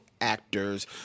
actors